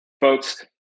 folks